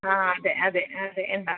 ആ അതെ അതെ അതെ ഉണ്ടോ